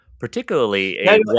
particularly